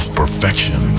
perfection